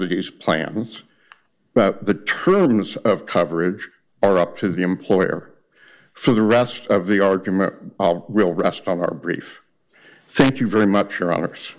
these plans but the tournaments of coverage are up to the employer for the rest of the argument will rest on our brief thank you very much